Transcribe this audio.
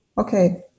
Okay